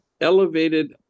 elevated